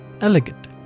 elegant